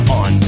on